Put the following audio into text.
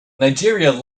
nigeria